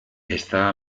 está